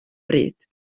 bryd